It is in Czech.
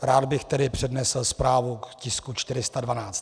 Rád bych tedy přednesl zprávu k tisku 412.